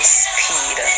speed